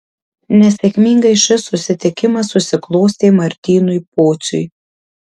nesėkmingai šis susitikimas susiklostė martynui pociui